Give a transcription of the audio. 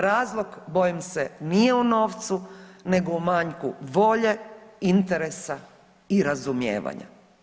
Razlog bojim se nije u novcu nego u manjku volje, interesa i razumijevanja.